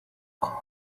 cord